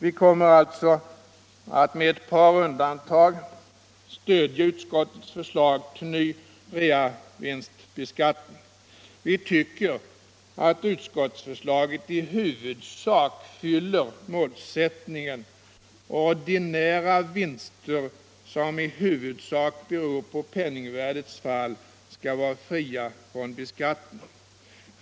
Vi kommer alltså med några undantag att stödja utskottets förslag till ny reavinstbeskattning. Vi tycker att utskottets förslag i huvudsak fyller målsättningen att ordinära vinster som till största delen beror på penningvärdets fall skall vara fria från beskattning.